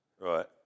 Right